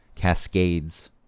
Cascades